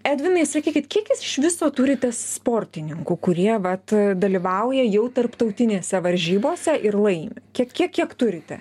edvinai sakykit kiek jūs iš viso turite sportininkų kurie vat dalyvauja jau tarptautinėse varžybose ir laimi kiek kiek turite